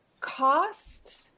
cost